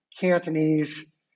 Cantonese